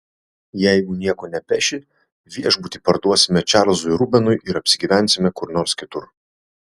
jeigu nieko nepeši viešbutį parduosime čarlzui rubenui ir apsigyvensime kur nors kitur